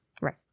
Right